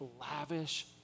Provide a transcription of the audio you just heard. lavish